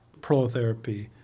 prolotherapy